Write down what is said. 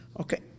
okay